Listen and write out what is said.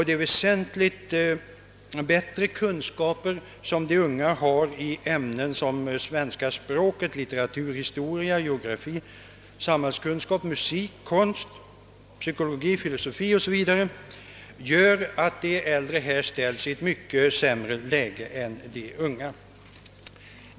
De väsentligt bättre kunskaper som de unga har i ämnen som svenska språket, litteraturhistoria, geografi, samhällskunskap, musik, konst, psykologi, filosofi o. s. v. gör att de äldre ställs i ett mycket sämre läge än de unga.